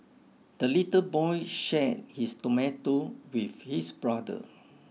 the little boy shared his tomato with his brother